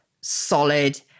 solid